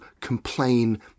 complain